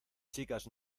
chicas